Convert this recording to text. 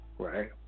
Right